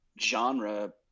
genre